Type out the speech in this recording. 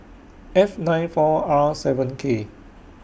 F nine four R seven K